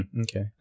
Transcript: okay